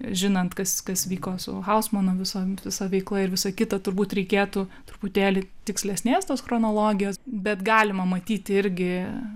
žinant kas kas vyko su hausmano visom visa veikla ir visa kita turbūt reikėtų truputėlį tikslesnės tos chronologijos bet galima matyti irgi